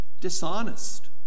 dishonest